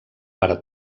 per